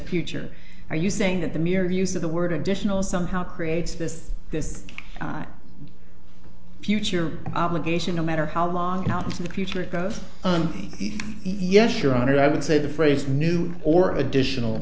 future are you saying that the mere use of the word additional somehow creates this this future obligation no matter how long out in the future it goes on yes your honor i would say the phrase new or additional